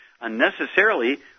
unnecessarily